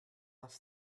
off